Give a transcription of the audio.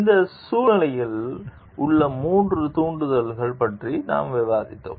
இந்த சூழ்நிலையில் உள்ள மூன்று தூண்டுதல்கள் பற்றி நாம் விவாதித்தோம்